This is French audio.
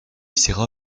serra